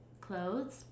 clothes